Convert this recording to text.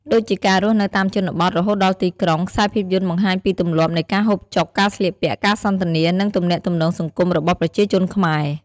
ដូចជាការរស់នៅតាមជនបទ រហូតដល់ទីក្រុង ខ្សែភាពយន្តបង្ហាញពីទម្លាប់នៃការហូបចុក ការស្លៀកពាក់ ការសន្ទនា និងទំនាក់ទំនងសង្គមរបស់ប្រជាជនខ្មែរ ។